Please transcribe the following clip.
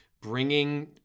bringing